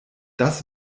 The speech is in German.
das